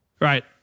Right